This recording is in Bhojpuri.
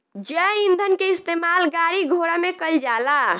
जैव ईंधन के इस्तेमाल गाड़ी घोड़ा में कईल जाला